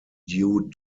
due